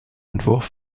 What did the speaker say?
entwurf